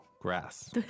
Grass